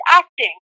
acting